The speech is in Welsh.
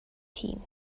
hun